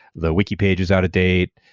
the wiki pages out of date,